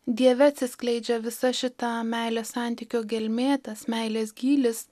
dieve atsiskleidžia visa šita meilės santykio gelmė tas meilės gylis